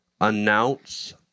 announce